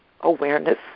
awareness